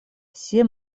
все